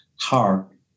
heart